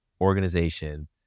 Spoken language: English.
organization